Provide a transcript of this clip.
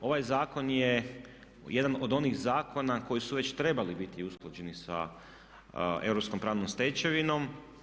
Ovaj zakon je jedan od onih zakona koji su već trebali biti usklađeni sa europskom pravnom stečevinom.